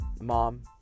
Mom